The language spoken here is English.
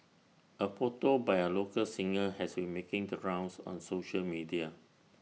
A photo by A local singer has been making the rounds on social media